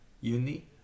uni